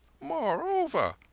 Moreover